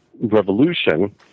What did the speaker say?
revolution